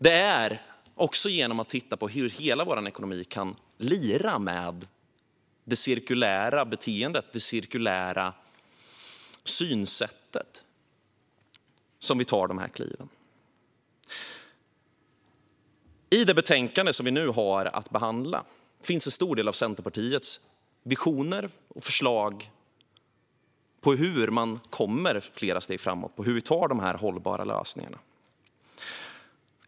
Det är också genom att titta på hur hela vår ekonomi kan lira med det cirkulära beteendet, det cirkulära synsättet, som vi tar dessa kliv. I det betänkande som vi nu har att behandla finns en stor del av Centerpartiets visioner och förslag om hur vi kommer flera steg framåt och om hur vi når de hållbara lösningarna.